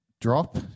drop